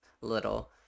little